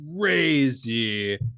crazy